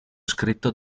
scritto